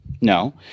No